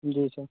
जी sir